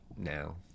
now